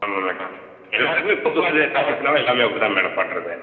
ஆமாம் மேடம் எல்லாருக்குமே பொதுவாக இது ட்ராவல்ஸ்னாவே எல்லாமே அப்படி தான் மேடம் பண்ணுறது